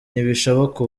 ntibishoboka